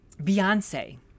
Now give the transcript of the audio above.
Beyonce